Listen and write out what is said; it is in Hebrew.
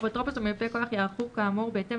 אפוטרופוס ומיופה כוח ייערכו כאמור בהתאם